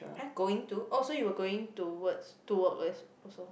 !huh! going to oh so you were going to toward west also